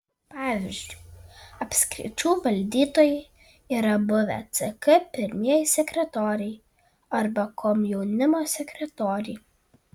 pavyzdžiui apskričių valdytojai yra buvę ck pirmieji sekretoriai arba komjaunimo sekretoriai